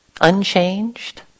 Unchanged